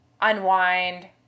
unwind